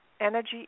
energy